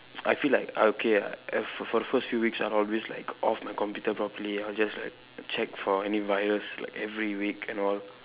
I feel like I okay I for the first few weeks I always like off my computer properly and I will just like check for any virus like every week and all